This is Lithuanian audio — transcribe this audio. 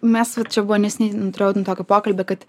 mes vat čia buvo neseniai ten turėjau ten tokį pokalbį kad